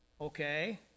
okay